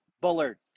Bullard